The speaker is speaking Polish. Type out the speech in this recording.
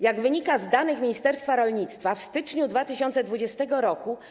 Jak wynika z danych ministerstwa rolnictwa, w styczniu 2020 r.